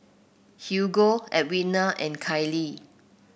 Hugo Edwina and Cali